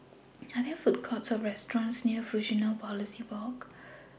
Are There Food Courts Or restaurants near Fusionopolis Walk